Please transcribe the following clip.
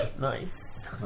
Nice